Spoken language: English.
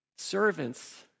servants